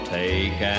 take